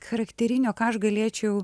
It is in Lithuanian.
charakterinio ką aš galėčiau